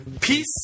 peace